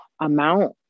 amount